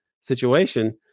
situation